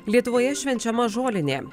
lietuvoje švenčiama žolinė